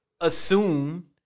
Assume